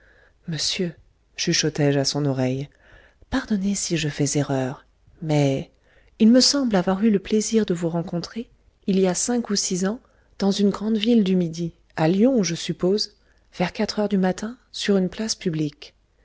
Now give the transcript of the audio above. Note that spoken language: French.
monsieur chuchotai je à son oreille pardonnez si je fais erreur mais il me semble avoir eu le plaisir de vous rencontrer il y a cinq ou six ans dans une grande ville du midi à lyon je suppose vers quatre heures du matin sur une place publique